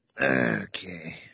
Okay